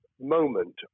moment